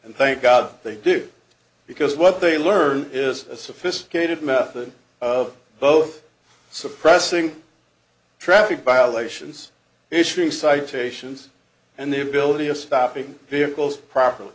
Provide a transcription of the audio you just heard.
and thank god they do because what they learn is a sophisticated method of both suppressing traffic violations issuing citations and the ability of stopping vehicles properly